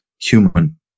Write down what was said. human